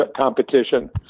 competition